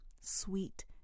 sweet